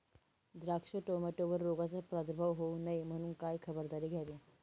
द्राक्ष, टोमॅटोवर रोगाचा प्रादुर्भाव होऊ नये म्हणून काय खबरदारी घ्यावी?